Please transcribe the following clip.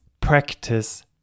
practice